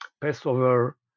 Passover